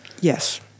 Yes